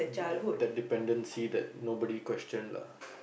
that that dependency that nobody question lah